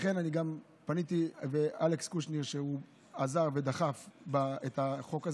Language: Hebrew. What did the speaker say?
פניתי גם לאלכס קושניר, שעזר ודחף את החוק הזה.